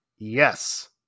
Yes